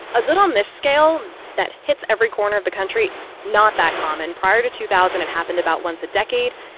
a dzud on this scale that hits every corner of the country not that common. prior to two thousand, it happened about once a decade.